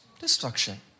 destruction